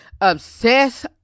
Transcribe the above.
obsess